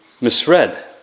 misread